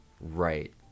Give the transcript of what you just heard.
right